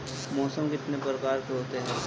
मौसम कितने प्रकार के होते हैं?